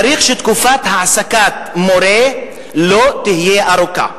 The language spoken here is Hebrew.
צריך שתקופת העסקת מורה לא תהיה ארוכה.